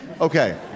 Okay